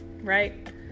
Right